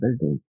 building